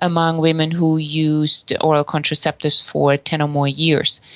among women who used oral contraceptives for ten or more years.